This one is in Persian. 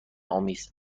آمیز